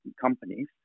companies